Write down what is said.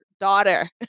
daughter